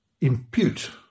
impute